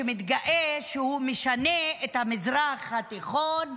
שמתגאה שהוא משנה את המזרח התיכון,